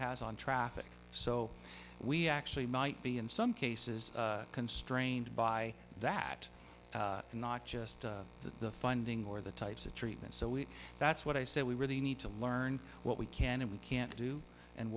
has on traffic so we actually might be in some cases constrained by that and not just that the funding or the types of treatments so we that's what i said we really need to learn what we can and can't do and